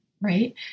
Right